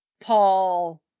Paul